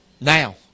Now